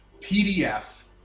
PDF